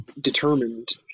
determined